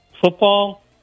football